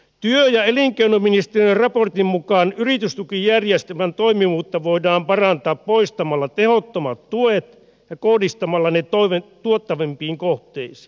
työ ja elinkeinoministeriön raportin mukaan yritystukijärjestelmän toimivuutta voidaan parantaa poistamalla tehottomat tuet ja kohdistamalla ne tuottavampiin kohteisiin